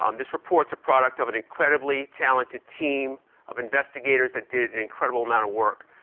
um this report's a product of an incredibly talented team of investigators that did an incredible amount of work.